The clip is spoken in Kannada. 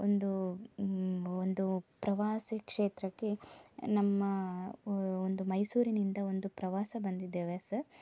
ಒಂದು ಒಂದು ಪ್ರವಾಸಿ ಕ್ಷೇತ್ರಕ್ಕೆ ನಮ್ಮ ಒಂದು ಮೈಸೂರಿನಿಂದ ಒಂದು ಪ್ರವಾಸ ಬಂದಿದ್ದೇವೆ ಸರ್